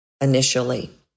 initially